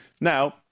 now